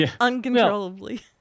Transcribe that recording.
uncontrollably